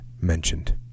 mentioned